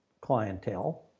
clientele